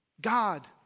God